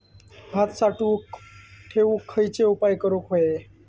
भात साठवून ठेवूक खयचे उपाय करूक व्हये?